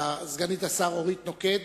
סגנית השר אורית נוקד,